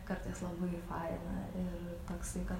kartais labai faina ir toksai kad